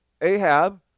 Ahab